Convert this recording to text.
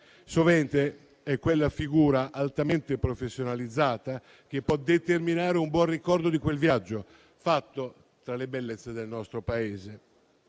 Sovente è quella figura altamente professionalizzata che può determinare un buon ricordo di quel viaggio fatto tra le bellezze del nostro Paese.